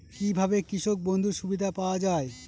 কি ভাবে কৃষক বন্ধুর সুবিধা পাওয়া য়ায়?